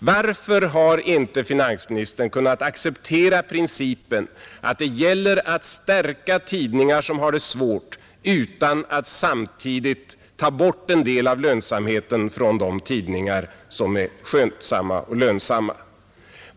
Varför har inte finansministern kunnat acceptera principen att det gäller att stärka tidningar som har det svårt utan att samtidigt ta bort en del av lönsamheten från de tidningar som är skötsamma och lönsamma?